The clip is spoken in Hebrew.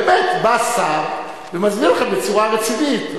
באמת, בא שר ומסביר לכם בצורה רצינית.